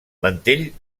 mantell